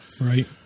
Right